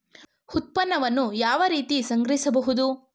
ಉತ್ಪನ್ನವನ್ನು ಯಾವ ರೀತಿ ಸಂಗ್ರಹಿಸಬಹುದು?